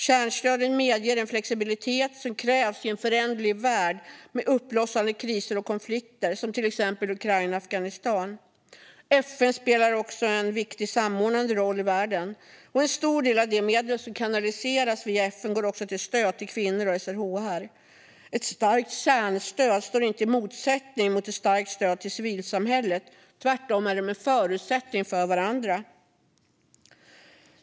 Kärnstödet medger en flexibilitet som krävs i en föränderlig värld med uppblossande kriser och konflikter, som till exempel de i Ukraina och Afghanistan. FN spelar också en viktig samordnade roll i världen, och en stor del av de medel som kanaliseras via FN går till stöd till kvinnor och SRHR. Ett starkt kärnstöd står inte i motsättning till ett starkt stöd till civilsamhället; tvärtom är de en förutsättning för varandra.